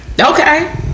Okay